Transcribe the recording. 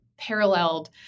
paralleled